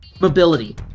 Mobility